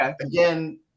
again